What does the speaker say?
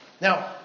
Now